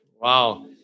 Wow